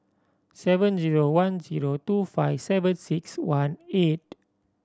seven zero one zero two five seven six one eight